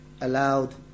allowed